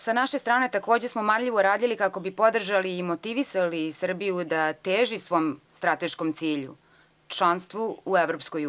Sa naše strane, takođe, smo marljivo radili kako bi podržali i motivisali Srbiju da teži svom strateškom cilju, članstvu u EU.